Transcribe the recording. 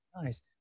Nice